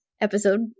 episode